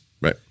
right